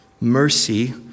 Mercy